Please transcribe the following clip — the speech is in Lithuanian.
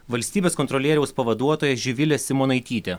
valstybės kontrolieriaus pavaduotoja živilė simonaitytė